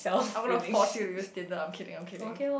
I'm gonna force you to use Tinder I'm kidding I'm kidding